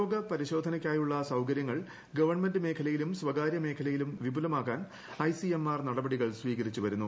രോഗപരിശോധനയ്ക്കായുള്ള സൌകരൃങ്ങൾ ഗവൺമെന്റ് മേഖലയിലും സ്വകാര്യ മേഖലയിലും വിപുലമാക്കാൻ ഐസിഎംആർ നടപടികൾ സ്വീകരിച്ചു വരുന്നു